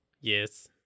Yes